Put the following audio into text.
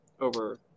over